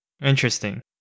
Interesting